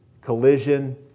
collision